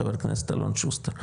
חבר הכנסת אלון שוסטר,